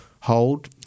hold